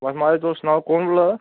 बस माराज तुस सनाओ कु'न बोल्ला दा